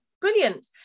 brilliant